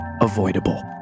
avoidable